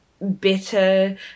better